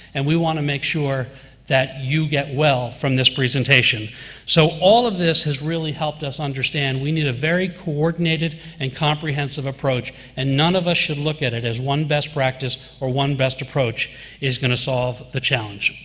and we want to make sure that you get well from this presentation. and quot so all of this has really helped us understand, we made a very coordinated and comprehensive approach, and none of us should look at it as one best practice or one best approach is going to solve the challenge.